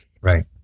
right